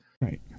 Right